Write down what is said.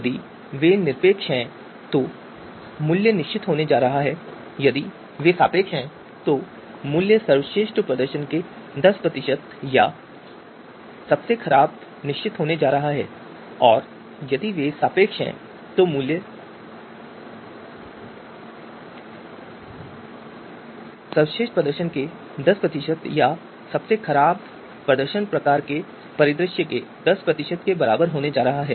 यदि वे निरपेक्ष हैं तो मूल्य निश्चित होने जा रहा है और यदि वे सापेक्ष हैं तो मूल्य सर्वश्रेष्ठ प्रदर्शन के दस प्रतिशत या सबसे खराब प्रदर्शन प्रकार के परिदृश्य के दस प्रतिशत के बराबर होने वाला है